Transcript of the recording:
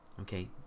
Okay